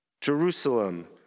Jerusalem